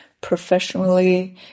professionally